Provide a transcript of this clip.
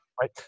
right